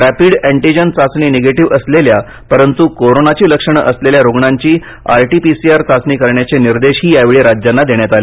rapid antigen चाचणी negative असलेल्या परंतु कोरोनाची लक्षण असलेल्या रुग्णांची R T P C R चाचणी करण्याचे निर्देशही यावेळी राज्यांना देण्यात आले